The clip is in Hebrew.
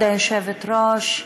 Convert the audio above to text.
כבוד היושבת-ראש,